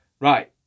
right